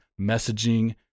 messaging